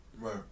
Right